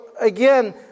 again